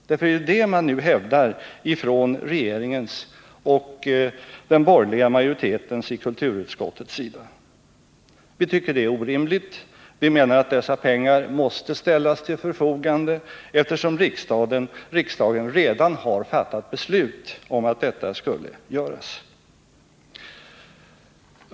Det är ju det man nu hävdar från regeringen och den borgerliga majoriteten i kulturutskottet. Vi tycker det är orimligt. Vi menar att dessa pengar måste ställas till förfogande, eftersom riksdagen redan har fattat beslut om denna utställningsersättning.